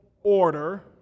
order